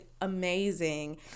amazing